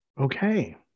Okay